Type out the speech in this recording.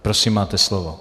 Prosím, máte slovo.